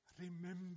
remember